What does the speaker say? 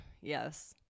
Yes